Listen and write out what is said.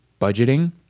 budgeting